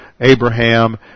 Abraham